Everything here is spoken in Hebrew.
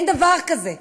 אין דבר כזה.